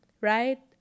right